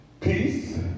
peace